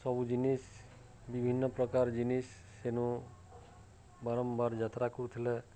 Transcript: ସବୁ ଜିନିଷ୍ ବିଭିନ୍ନ ପ୍ରକାର ଜିନିଷ୍ ସେନୁ ବାରମ୍ବାର ଯାତ୍ରା କରୁଥିଲେ